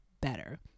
better